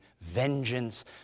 vengeance